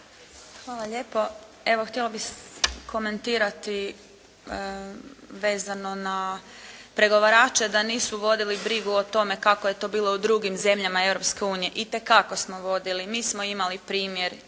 Hvala lijepo. Evo, htjela bih komentirati vezano na pregovarače da nisu vodili brigu o tome kako je to bilo u drugim zemljama Europske unije, i te kako smo vodili. Mi smo imali primjer